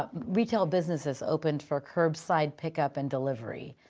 ah retail businesses opened for curbside pickup and delivery.